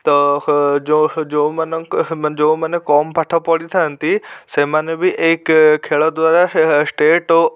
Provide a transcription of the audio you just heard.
ତ ଯେଉଁ ଯେଉଁମାନଙ୍କ ଯେଉଁମାନେ କମ୍ ପାଠପଢ଼ିଥାନ୍ତି ସେମାନେ ବି ଏଇ ଖେଳ ଦ୍ୱାରା ଷ୍ଟେଟ୍ ଓ